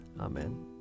Amen